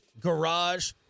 garage